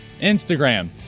Instagram